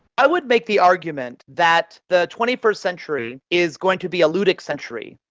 i would make the argument that the twenty first century is going to be a ludic century,